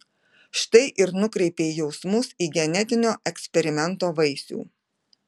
štai ir nukreipei jausmus į genetinio eksperimento vaisių